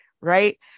right